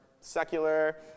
secular